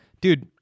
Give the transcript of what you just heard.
dude